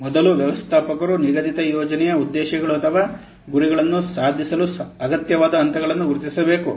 ಮೊದಲು ವ್ಯವಸ್ಥಾಪಕರು ನಿಗದಿತ ಯೋಜನೆಯ ಉದ್ದೇಶಗಳು ಅಥವಾ ಗುರಿಗಳನ್ನು ಸಾಧಿಸಲು ಅಗತ್ಯವಾದ ಹಂತಗಳನ್ನು ಗುರುತಿಸಬೇಕು